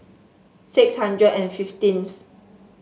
six hundred and fifteenth